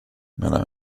menar